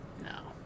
No